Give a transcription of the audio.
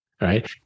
Right